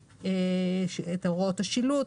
יש את הוראות השילוט,